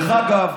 נגד בן אדם אחד.